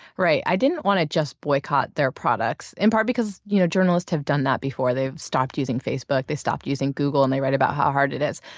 right. i didn't want to just boycott their products. in part, because you know journalists have done that before. they've stopped using facebook. they stopped using google and they write about how hard it is.